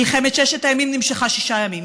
מלחמת ששת הימים נמשכה שישה ימים.